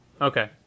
Okay